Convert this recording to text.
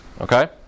okay